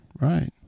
right